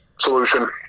solution